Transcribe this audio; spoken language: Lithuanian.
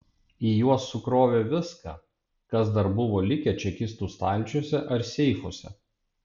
į juos sukrovė viską kas dar buvo likę čekistų stalčiuose ar seifuose